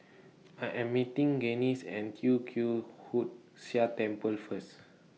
I Am meeting Gaines At Tee Kwee Hood Sia Temple First